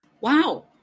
Wow